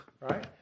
right